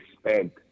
spent